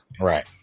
Right